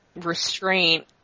restraint